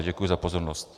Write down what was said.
Děkuji za pozornost.